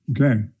Okay